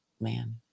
man